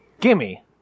Gimme